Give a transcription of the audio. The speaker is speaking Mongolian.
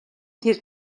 тэр